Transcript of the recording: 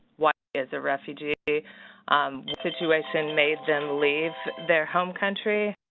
what is a refugee? what situation made them leave their home country?